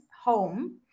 home